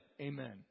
Amen